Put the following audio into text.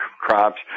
crops